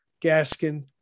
Gaskin